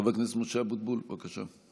חבר הכנסת משה אבוטבול, בבקשה.